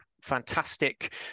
fantastic